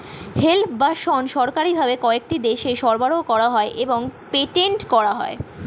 hemp বা শণ সরকারি ভাবে কয়েকটি দেশে সরবরাহ করা হয় এবং পেটেন্ট করা হয়